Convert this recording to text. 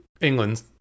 England